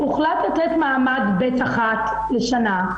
הוחלט לתת מעמד ב-1 לשנה.